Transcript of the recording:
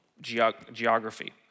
geography